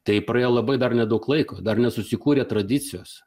tai praėjo labai dar nedaug laiko dar nesusikūrė tradicijos